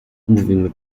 mówimy